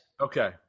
Okay